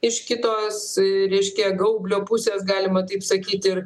iš kitos reiškia gaublio pusės galima taip sakyti